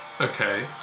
Okay